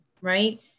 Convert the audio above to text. right